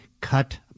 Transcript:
cut